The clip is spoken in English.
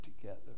together